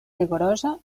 rigorosa